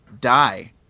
die